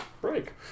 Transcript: Break